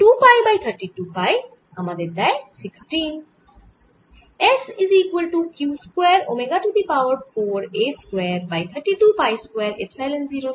2 pi by 32 pi আমাদের দেয় 16